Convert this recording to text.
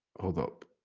hold up.